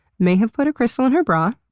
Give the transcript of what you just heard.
may have put a crystal in her bra,